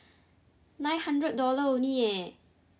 nine hundred dollar only eh